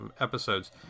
episodes